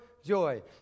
joy